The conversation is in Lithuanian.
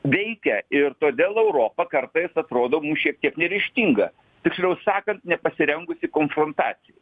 veikia ir todėl europa kartais atrodo šiek tiek neryžtinga tiksliau sakant nepasirengusi konfrontacijai